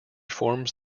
forms